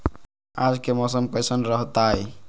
आज के मौसम कैसन रहताई?